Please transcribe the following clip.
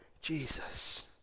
Jesus